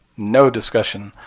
no discussion,